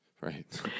right